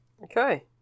Okay